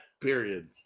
period